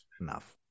enough